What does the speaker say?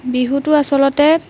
বিহুটো আচলতে